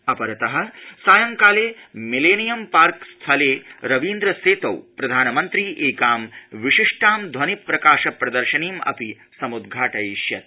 अपरतः सायंकालामिलरिविम् पार्कस्थलस्रीन्द्र सर्ती प्रधानमन्त्री एकां विशिष्टां ध्वनि प्रकाश प्रदर्शनीम् अपि समुद्घाटयिष्यति